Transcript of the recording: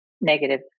negative